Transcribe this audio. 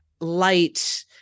light